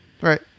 Right